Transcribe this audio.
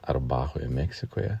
arba meksikoje